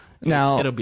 Now